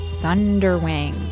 Thunderwing